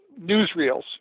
newsreels